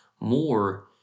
more